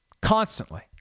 Constantly